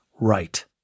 right